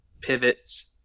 pivots